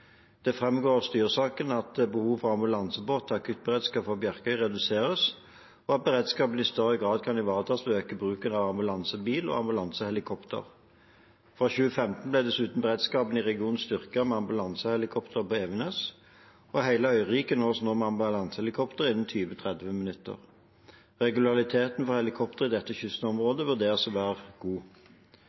Det framgår av styresaken at behovet for ambulansebåt og akuttberedskap for Bjarkøy reduseres, og at beredskapen i større grad kan ivaretas ved å øke bruken av ambulansebil og ambulansehelikopter. Fra 2015 ble dessuten beredskapen i regionen styrket med ambulansehelikopteret på Evenes, og hele øyriket nås nå med ambulansehelikopter innen 20–30 minutter. Regulariteten for helikopter i dette kystområdet vurderes å være god.